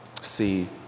see